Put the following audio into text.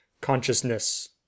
consciousness